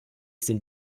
sind